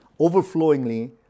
overflowingly